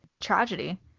tragedy